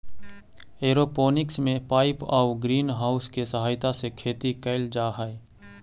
aeroponics में pipe आउ green house के सहायता से खेती कैल जा हइ